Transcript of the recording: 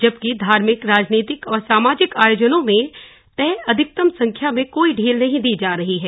जबकि धार्मिक राजनीतिक और सामाजिक आयोजनों में तय अधिकतम संख्या में कोई ढील नहीं दी जा रही है